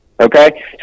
okay